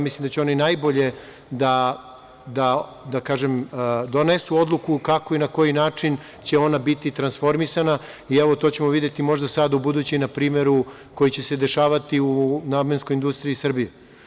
Mislim da će oni najbolje doneti odluku kako i na koji način će ona biti transformisana i evo to ćemo videti, možda sad, ubuduće na primeru koji će se dešavati u namenskoj industriji Srbije.